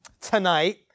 tonight